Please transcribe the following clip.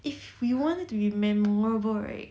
if we wanted to be memorable right